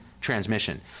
transmission